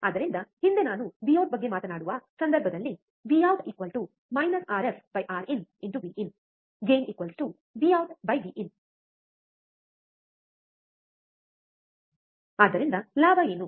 ಆದ್ದರಿಂದ ಹಿಂದೆ ನಾನು ವಿಔಟ್ ಬಗ್ಗೆ ಮಾತನಾಡುವ ಸಂದರ್ಭದಲ್ಲಿ Vout-RfRinVin GainVoutVin ಆದ್ದರಿಂದ ಲಾಭ ಏನು